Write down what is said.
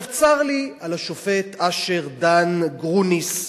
צר לי על השופט אשר דן גרוניס,